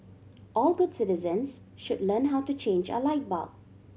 all good citizens should learn how to change a light bulb